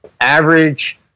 average